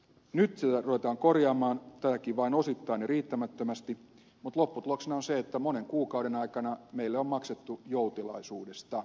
nyt sitä ruvetaan korjaamaan tätäkin vain osittain ja riittämättömästi mutta lopputuloksena on se että monen kuukauden aikana heille on maksettu joutilaisuudesta